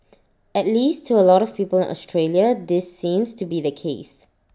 at least to A lot of people Australia this seems to be the case